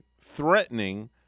threatening